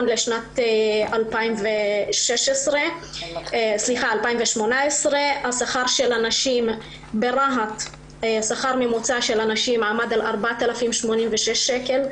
לשנת 2018. ברהט השכר הממוצע של הנשים עמד על 4,086 שקל,